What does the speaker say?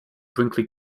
brinkley